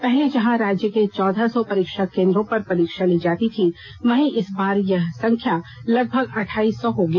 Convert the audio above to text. पहले जहां राज्य के चौदह सौ परीक्षा केंद्रों पर परीक्षा ली जाती थी वहीं इस बार यह संख्या लगभग अठाइस सौ होगी